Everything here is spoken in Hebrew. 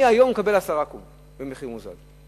מהיום הוא מקבל 10 קוב במחיר מוזל.